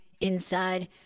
Inside